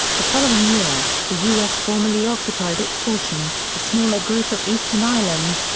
the following year, the u s. formally occupied its portion a smaller group of eastern islands,